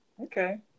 Okay